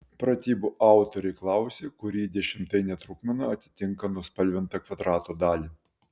pratybų autoriai klausia kuri dešimtainė trupmena atitinka nuspalvintą kvadrato dalį